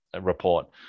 report